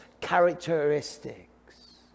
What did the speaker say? characteristics